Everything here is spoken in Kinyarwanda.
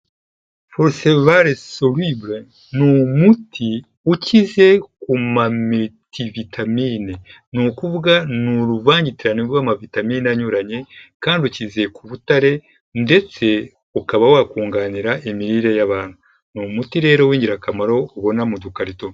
Forceval Soluble ni umuti ukize ku mamiritivitamine, ni ukuvuga ni uruvangitirane rw'amavitamine anyuranye kandi ukizeye ku butare, ndetse ukaba wakunganira imirire y'abantu, ni umuti rero w'ingirakamaro ubona mu dukarito.